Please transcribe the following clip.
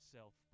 Self